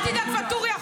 אל תדאג, ואטורי.